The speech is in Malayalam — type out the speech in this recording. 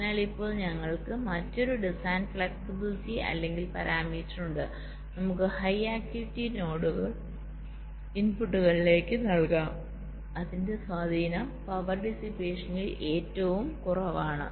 അതിനാൽ ഇപ്പോൾ ഞങ്ങൾക്ക് മറ്റൊരു ഡിസൈൻ ഫ്ലെക്സിബിലിറ്റി അല്ലെങ്കിൽ പാരാമീറ്റർ ഉണ്ട് നമുക്ക് ഹൈആക്ടിവിറ്റി നോഡുകൾ ഇൻപുട്ടുകളിലേക്ക് നൽകാം അതിന്റെ സ്വാധീനം പവർ ഡിസ്പേഷനിൽ ഏറ്റവും കുറവാണ്